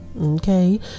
okay